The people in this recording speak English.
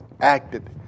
acted